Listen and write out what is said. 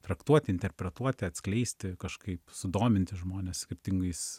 traktuoti interpretuoti atskleisti kažkaip sudominti žmones skirtingais